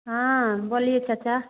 हाँ बोलिए चाचा